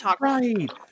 right